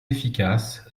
efficace